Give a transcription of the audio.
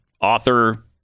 author